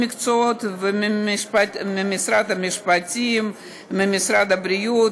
מקצועיים ומשפטיים כאחד,